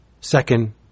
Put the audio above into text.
second